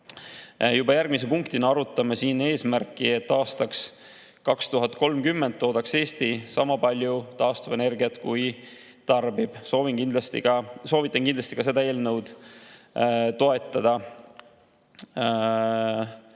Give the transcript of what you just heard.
Juba järgmise punktina arutame siin eesmärki, et aastal 2030 toodaks Eesti sama palju taastuvenergiat, kui tarbib. Soovitan kindlasti seda eelnõu toetada.